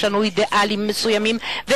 יש לנו אידיאלים מסוימים,